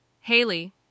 Haley